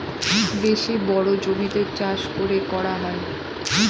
বেশি বড়ো জমিতে চাষ করে করা হয়